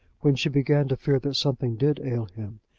when she began to fear that something did ail him,